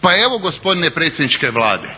Pa evo gospodine predsjedniče Vlade